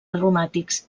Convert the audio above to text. aromàtics